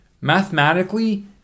Mathematically